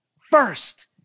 First